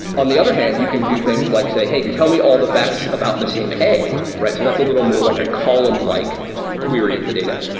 on the other hand, you can do things like say, hey, tell me all the facts about the same a. so that's a little more like a column-like query of the data.